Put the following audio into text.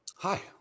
Hi